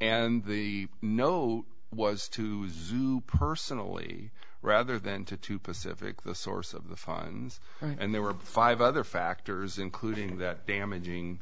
and the note was to zoop personally rather than to to pacific the source of the funds and there were five other factors including that damaging